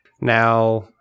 Now